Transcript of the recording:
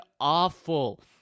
awful